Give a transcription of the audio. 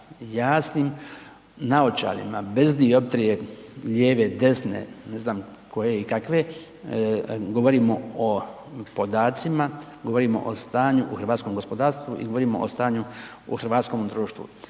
jasnim naočalama bez dioptrije, lijeve, desne, ne znam koje i kakve, govorimo o podacima, govorim o stanju o hrvatskom gospodarstvu i govorimo o stanju u hrvatskom društvu.